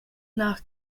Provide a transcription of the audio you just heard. nach